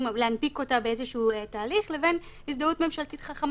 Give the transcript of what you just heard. להנפיק אותה באיזשהו תהליך לבין הזדהות ממשלתית חכמה